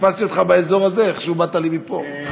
חיפשתי אותך באזור הזה, איכשהו באתי לי מפה.